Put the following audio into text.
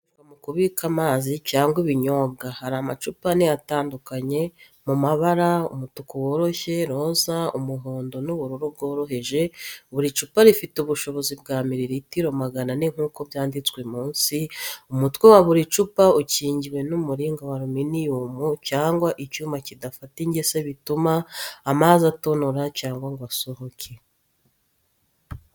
Amacupa akoreshwa mu kubika amazi cyangwa ibinyobwa. Hari amacupa ane atandukanye mu mabara umutuku woroshye, roza, umuhondo n'ubururu bworoheje. Buri cupa rifite ubushobozi bwa miriritiro magana ane nk’uko byanditse munsi. Umutwe wa buri cupa ukingiwe n’umuringa wa aruminiyumu cyangwa icyuma kidafata ingese bituma amazi atonora cyangwa ngo asohoke.